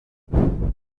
wir